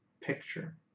Picture